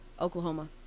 Oklahoma